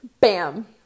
Bam